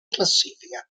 classifica